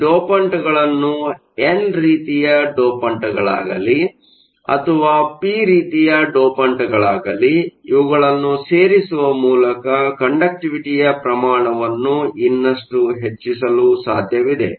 ಈ ಡೋಪಂಟ್ಗಳನ್ನು ಎನ್ ರೀತಿಯ ಡೋಪಂಟ್ಗಳಾಗಲಿ ಅಥವಾ ಪಿ ರೀತಿಯ ಡೋಪಂಟ್ಗಳಾಗಲಿ ಇವುಗಳನ್ನು ಸೇರಿಸುವ ಮೂಲಕ ಕಂಡಕ್ಟಿವಿಟಿಯ ಪ್ರಮಾಣವನ್ನು ಇನ್ನಷ್ಟು ಹೆಚ್ಚಿಸಲು ಸಾಧ್ಯವಿದೆ